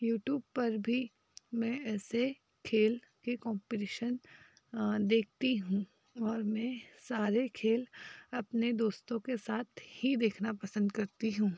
YouTube पर भी मैं ऐसे खेल के कॉम्पटीशन देखती हूँ और में सारे खेल अपने दोस्तों के साथ ही देखना पसंद करती हूँ